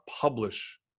publish